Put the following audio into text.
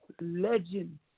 Legend